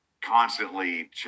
constantly